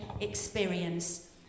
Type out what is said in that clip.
experience